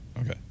Okay